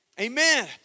amen